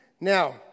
Now